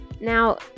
Now